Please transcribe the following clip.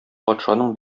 патшаның